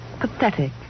Pathetic